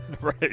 Right